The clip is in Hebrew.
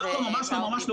לא, ממש לא.